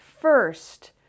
first